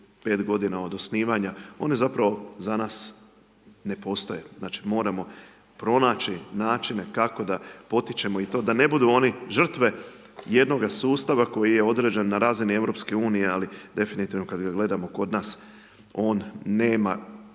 5 g. od osnivanja, oni zapravo za nas ne postoje. Znači moramo pronaći načine, kako da potičemo i to, da ne budu oni žrtve jednoga sustava, koji je određen na razini EU, ali definitivno kada gledamo kod nas, on nema